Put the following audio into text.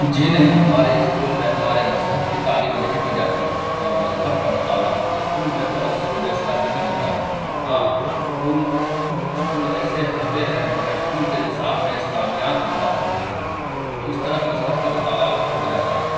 جی نہیں ہمارے اسکول میں ہمارے مذہب کی تعلیم نہیں دی جاتی ہے اور مذہب کا مطالعہ اسکول میں تو اکثر و بیشتر نہیں ہوتا ہے ہاں کچھ اسکول کچھ اسکول ایسے ہوتے ہیں جہاں اسکول کے نصاب میں اسلامیات بھی داخل ہوتی ہے تو اس طرح مذہب کا مطالعہ بھی ہو جاتا ہے